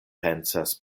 pensas